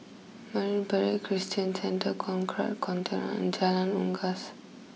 Marine Parade Christian Centre Conrad Centennial and Jalan Unggas